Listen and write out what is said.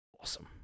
awesome